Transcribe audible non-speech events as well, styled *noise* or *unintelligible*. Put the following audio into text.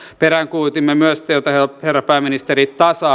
peräänkuulutimme myös teiltä herra pääministeri tasa *unintelligible*